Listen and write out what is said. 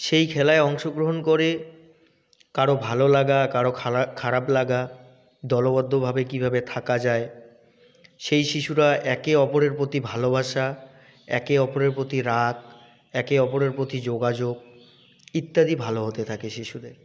সেই খেলায় অংশগ্রহণ করে কারও ভালো লাগা কারও খারাপ লাগা দলবদ্ধভাবে কীভাবে থাকা যায় সেই শিশুরা একে অপরের প্রতি ভালোবাসা একে অপরের প্রতি রাগ একে অপরের প্রতি যোগাযোগ ইত্যাদি ভালো হতে থাকে শিশুদের